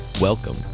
Welcome